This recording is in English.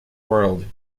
world